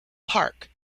park